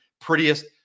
prettiest